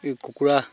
এই কুকুৰা